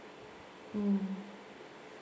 mm